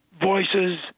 voices